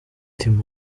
team